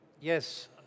Yes